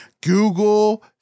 Google